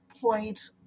point